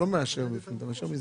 אתה לא מאשר בפנים, אתה מאשר מסגרת.